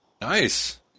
Nice